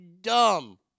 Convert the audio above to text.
dumb